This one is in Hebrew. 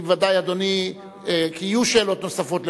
כי ודאי, אדוני, יהיו שאלות נוספות.